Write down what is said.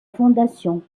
fondation